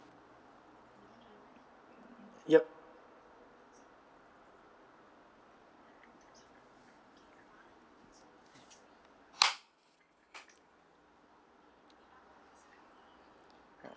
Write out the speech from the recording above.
yup